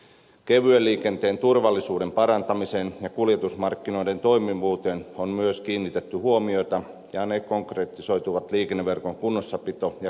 kevyen liikenteen turvallisuuden parantamiseen ja kuljetusmarkkinoiden toimivuuteen on myös kiinnitetty huomiota ja ne konkretisoituvat liikenneverkon kunnossapito ja kehittämisohjelmassa